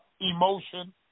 emotion